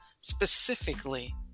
specifically